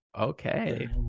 Okay